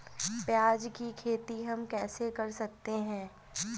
प्याज की खेती हम कैसे कर सकते हैं?